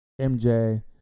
MJ